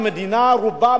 רובה,